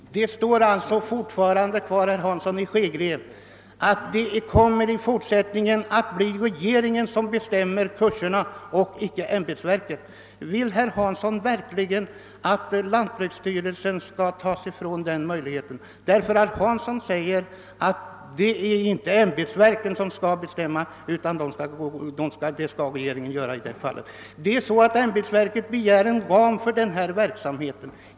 Herr talman! Det står alltså fortfa rande kvar, herr Hansson i Skegrie, att det i fortsättningen kommer att bli regeringen som bestämmer kurserna och icke ämbetsverket. Vill herr Hansson verkligen att denna möjlighet skall tas ifrån lantbruksstyrelsen? Herr Hansson säger att det inte är ämbetsverken som skall bestämma, utan det skall regeringen göra. Ämbetsverken gör upp en ram för sin verksamhet.